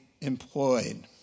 employed